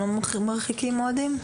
הם לא מרחיקים אוהדים?